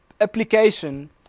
application